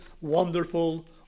wonderful